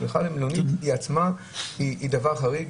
השליחה למלונית היא דבר חריג,